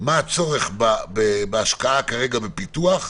מה הצורך בהשקעה כרגע בפיתוח?